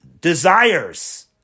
desires